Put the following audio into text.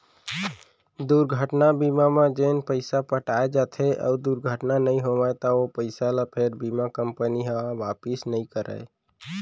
दुरघटना बीमा म जेन पइसा पटाए जाथे अउ दुरघटना नइ होवय त ओ पइसा ल फेर बीमा कंपनी ह वापिस नइ करय